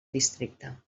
districte